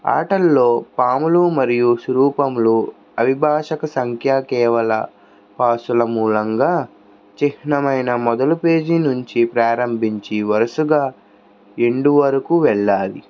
ఆటల్లో పాములు మరియు సురూపములు అవిభాషక సంఖ్యా కేవల పాసుల మూలంగా చిహ్నమైన మొదలు పేజీ నుంచి ప్రారంభించి వరసగా ఎండ్ వరకు వెళ్ళాలి